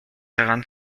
daran